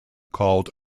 called